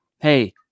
hey